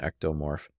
ectomorph